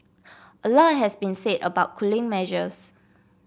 a lot has been said about cooling measures